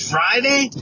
Friday